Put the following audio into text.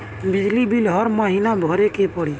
बिजली बिल हर महीना भरे के पड़ी?